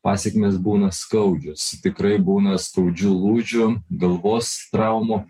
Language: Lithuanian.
pasekmės būna skaudžios tikrai būna skaudžių lūžių galvos traumų